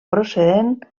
procedent